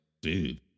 dude